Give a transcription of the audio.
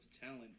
talent